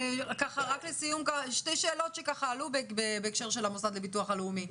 לסיום שתי שאלות שעלו בהקשר של המוסד לביטוח לאומי.